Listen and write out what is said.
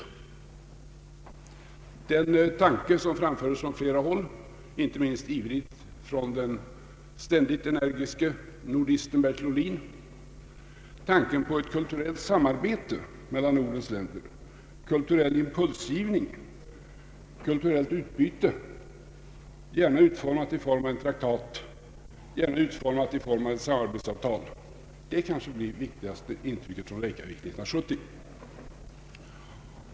Den tanke på ett samarbete mellan Nordens länder som framfördes från flera håll, inte minst ivrigt från den ständigt energiske nordisten Bertil Ohlin, tanken på en kulturell impulsgivning, ett kulturellt utbyte, gärna utformat som en traktat, ett samarbetsavtal, blir kanske det viktigaste intrycket från Reykjavik 1970.